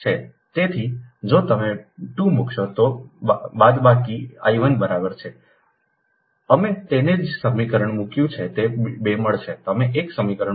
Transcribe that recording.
તેથી જો તમે 2 મૂકશો તો બાદબા I1બરાબર છે અમે તમને જે સમીકરણ મૂક્યું છે તે 2 મળશે તમે એક સમીકરણ બરાબર છે